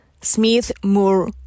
Smith-Moore